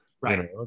right